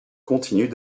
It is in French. continuent